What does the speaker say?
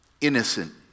innocent